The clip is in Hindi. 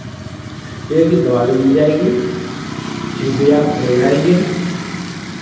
ये है कि दवा भी मिल जाएगी ठीक भी आप हो जाएंगे